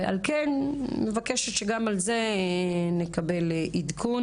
ועל כן אני מבקשת שגם על זה נקבל עדכון.